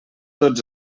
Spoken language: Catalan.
tots